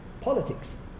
politics